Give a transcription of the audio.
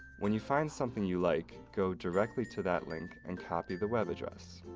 when you find something you like, go directly to that link, and copy the web address.